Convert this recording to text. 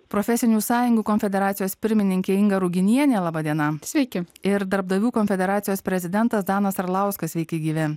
profesinių sąjungų konfederacijos pirmininkė inga ruginienė laba diena sveiki ir darbdavių konfederacijos prezidentas danas arlauskas sveiki gyvi